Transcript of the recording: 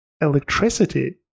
electricity